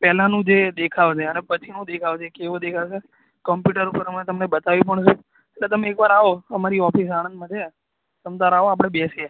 પહેલાનું જે દેખાવ છે અને પછીનો દેખાવ છે કેવો દેખાશે કંપ્યુટર પર અમે તમને બતાવી પણ શું એટલે તમે એકવાર આવો અમારી ઓફિસ આણંદમાં છે તમ તમારે આવો આપણે બેસીએ